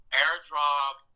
airdrop